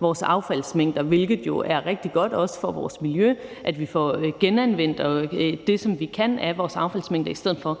vores affaldsmængder, hvilket jo er rigtig godt, også for vores miljø, altså at vi får genanvendt, hvad vi kan, af vores affaldsmængde i stedet for